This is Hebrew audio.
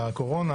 הקורונה